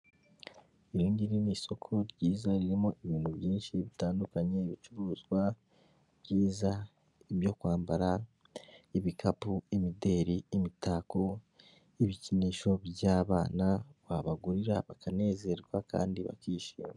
Iri ngiri ni isoko ryiza ririmo ibintu byinshi bitandukanye ibicuruzwa byiza, ibyo kwambara, ibikapu, imideri, imitako n'ibikinisho by'abana wabagurira bakanezerwa kandi bakishima.